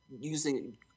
using